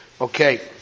Okay